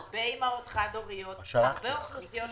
הרבה אימהות חד הוריות והרבה אוכלוסיות מוחלשות.